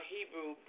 Hebrew